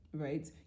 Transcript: right